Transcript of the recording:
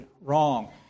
wrong